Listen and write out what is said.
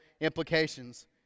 implications